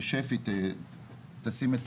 משפ"י (אגף שירות פסיכולוגי יעוצי במשרד החינוך) תשים את